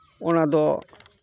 ᱚᱱᱟ ᱫᱚ